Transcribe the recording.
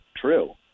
true